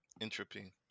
entropy